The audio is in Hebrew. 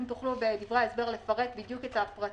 אם תוכלו בדברי ההסבר לפרט את הפרטים